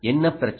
என்ன பிரச்சனை